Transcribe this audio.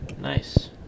Nice